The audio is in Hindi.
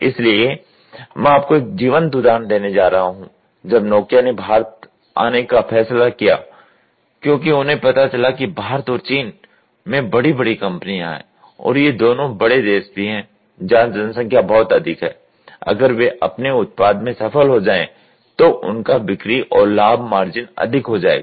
इसलिए मैं आपको एक जीवंत उदाहरण देने जा रहा हूँ जब नोकिया ने भारत आने का फैसला किया क्योंकि उन्हें पता चला कि भारत और चीन में बड़ी बड़ी कंपनियां हैं और ये दोनों बड़े देश भी हैं जहां जनसंख्या बहुत अधिक है अगर वे अपने उत्पाद में सफल हो जाएँ हैं तो उनका बिक्री और लाभ मार्जिन अधिक हो जाएगा